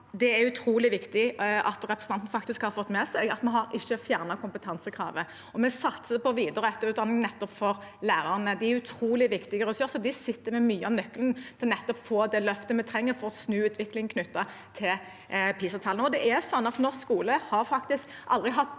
det er utrolig viktig at representanten faktisk får med seg at vi ikke har fjernet kompetansekravene. Vi satser på videre- og etterutdanning for lærerne. De er utrolig viktige ressurser, og de sitter på mye av nøkkelen til å få det løftet vi trenger for å snu utviklingen knyttet til PISA-tallene. Norsk skole har faktisk aldri har